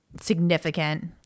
significant